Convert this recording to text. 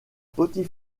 petit